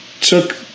took